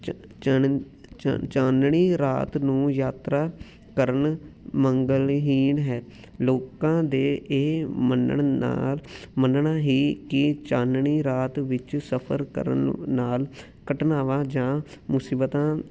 ਚਾਨਣੀ ਰਾਤ ਨੂੰ ਯਾਤਰਾ ਕਰਨ ਮੰਗਲਨਹੀਣ ਹੈ ਲੋਕਾਂ ਦੇ ਇਹ ਮੰਨਣ ਨਾਲ ਮੰਨਣਾ ਹੀ ਕਿ ਚਾਨਣੀ ਰਾਤ ਵਿੱਚ ਸਫ਼ਰ ਕਰਨ ਨਾਲ ਘਟਨਾਵਾਂ ਜਾਂ ਮੁਸੀਬਤਾਂ